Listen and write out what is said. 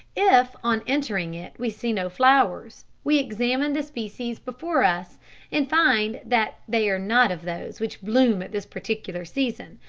if on entering it we see no flowers, we examine the species before us and find that they are not of those which bloom at this particular season,